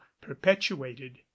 perpetuated